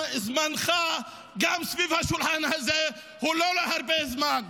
גם זמנך סביב השולחן הזה, הוא לא להרבה זמן.